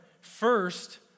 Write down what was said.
first